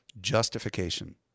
justification